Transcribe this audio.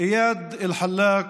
איאד אלחלאק,